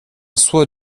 soit